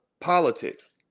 politics